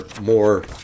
more